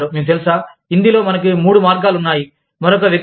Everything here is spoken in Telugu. మీకు తెలుసా హిందీలో మనకు మూడు మార్గాలు ఉన్నాయి మరొక వ్యక్తి